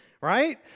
Right